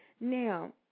Now